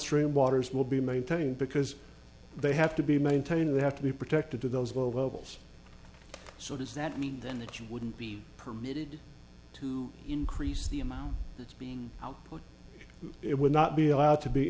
downstream waters will be maintained because they have to be maintained they have to be protected to those low levels so does that mean then that you wouldn't be permitted to increase the amount that's being output it would not be allowed to be